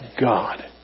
God